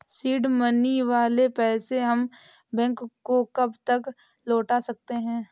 Seed money वाले पैसे हम बैंक को कब तक लौटा सकते हैं?